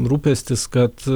rūpestis kad